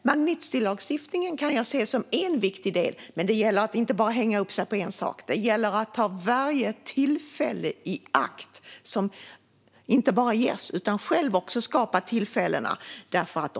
Magnitskijlagstiftningen kan jag se som en viktig del, men det gäller att inte bara hänga upp sig på en sak. Det gäller att ta varje tillfälle i akt, inte bara de tillfällen som ges utan också tillfällen man själv skapar.